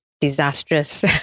disastrous